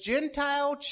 Gentile